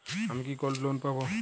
আমি কি gold loan পাবো?